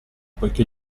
poiché